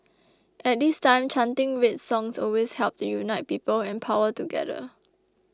at this time chanting red songs always helped unite people and power together